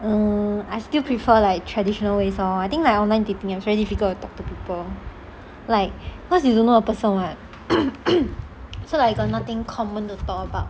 uh I still prefer like traditional ways lor I think like online dating it's very difficult to talk to people like cause you don't know the person [what] so like you got nothing common to talk about